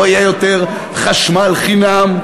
לא יהיה יותר חשמל חינם.